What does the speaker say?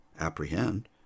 apprehend